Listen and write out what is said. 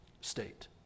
state